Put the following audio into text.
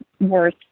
worth